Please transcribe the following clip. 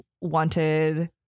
wanted